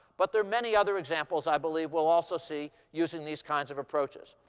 but there are many other examples i believe we'll also see using these kinds of approaches.